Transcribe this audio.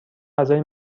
غذای